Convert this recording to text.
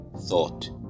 thought